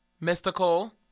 Mystical